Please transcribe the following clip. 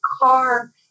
car